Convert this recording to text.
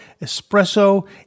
espresso